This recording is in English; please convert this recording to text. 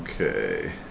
Okay